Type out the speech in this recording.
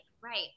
right